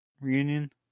reunion